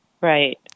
Right